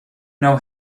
know